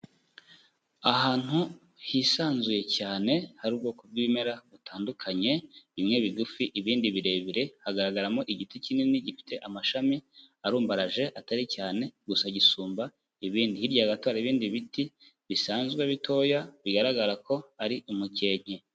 Ahantu hisanzuye cyane hari ubwoko bw'ibimera butandukanye, bimwe bigufi ibindi birebire hagaragaramo igiti kinini gifite amashami arumbaraje atari cyane gusa gisumba ibindi, hirya gato hari ibindi biti bisanzwe bitoya bigaragara ko ari umukenke.